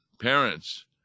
parents